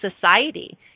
society